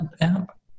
app